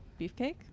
Beefcake